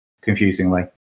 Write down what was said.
confusingly